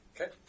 Okay